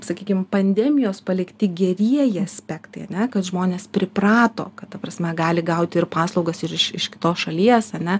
sakykime pandemijos palikti gerieji aspektai ar ne kad žmonės priprato kad ta prasme gali gauti ir paslaugas ir iš iš kitos šalies ar ne